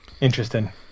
interesting